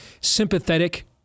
sympathetic